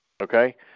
Okay